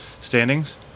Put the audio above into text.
standings